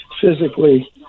physically